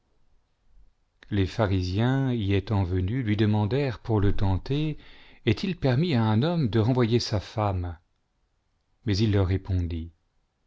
les pharisiens y étant venus lui demandèrent pour le tenter est-il permis à un homme de renvoyer sa femme mais il leur répondit